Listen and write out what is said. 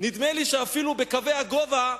נדמה לי שאפילו בקווי הגובה,